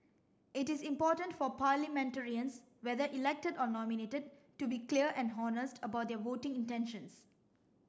it is important for parliamentarians whether elected or nominated to be clear and honest about their voting intentions